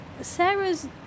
Sarah's